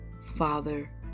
Father